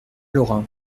lorin